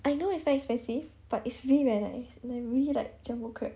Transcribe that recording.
I know it's quite expensive but it's really very nice and I really like jumbo crab